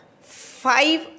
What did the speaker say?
five